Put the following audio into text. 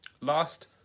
last